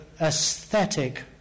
aesthetic